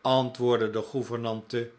antwoordde de gouvernante